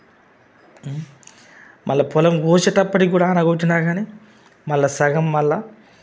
మళ్ళ పొలం కోసేటప్పటికీ కూడా మళ్ళ సగం మళ్ళా